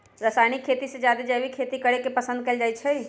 रासायनिक खेती से जादे जैविक खेती करे के पसंद कएल जाई छई